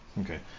Okay